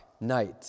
Night